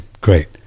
great